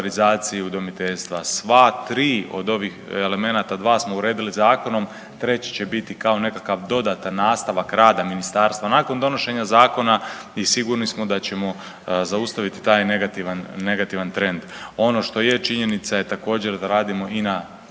udomiteljstva. Sva 3 od ovih elemenata, 2 smo uredili zakonom, treći će biti kao nekakav nastavak rada Ministarstva nakon donošenja zakona i sigurni smo da ćemo zaustaviti taj negativan trend. Ono što je činjenica je također da radimo i na